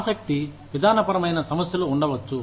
ఆసక్తి విధానపరమైన సమస్యలు ఉండవచ్చు